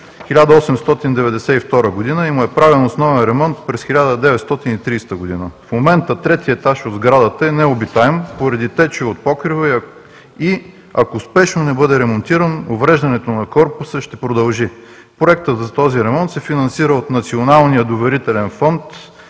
1892 г. и му е правен основен ремонт през 1930 г. В момента третият етаж от сградата е необитаем, поради течове от покрива и, ако спешно не бъде ремонтиран, увреждането на корпусът ще продължи. Проектът за този ремонт се финансира от Националния доверителен екофонд,